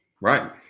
Right